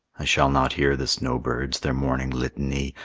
i shall not hear the snowbirds their morning litany,